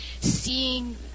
seeing